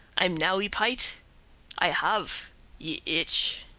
i'm now y-pight i have ye itche!